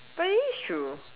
but it is true